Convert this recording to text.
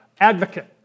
advocate